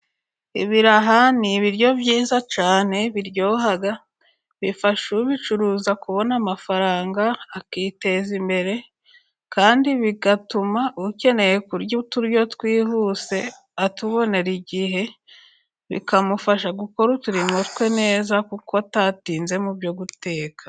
Ibiraha ni ibiryo byiza cyane biryoha bifasha ubicuruza kubona amafaranga akiteza imbere, kandi bigatuma ukeneye kurya uturyo twihuse atubonera igihe bikamufasha gukora uturimo twe neza kuko atatinze mu byo guteka.